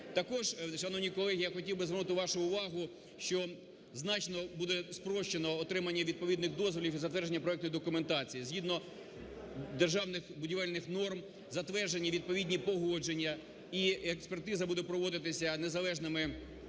Також, шановні колеги, я хотів би звернути вашу увагу, що значно буде спрощено отримання відповідних дозволів і затвердження проектної документації, згідно державних будівельних норм затверджені відповідні погодження, і експертиза буде проводитися незалежними експертами,